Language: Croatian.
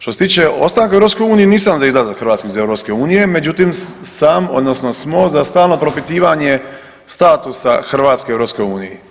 Što se tiče ostanka u EU nisam za izlazak Hrvatske iz EU međutim sam odnosno smo za stalno propitivanje statusa Hrvatske u EU.